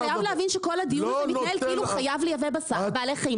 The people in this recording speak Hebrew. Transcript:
אבל אדוני חייב להבין שכל הדיון הזה מתנהל כאילו חייב לייבא בעלי חיים,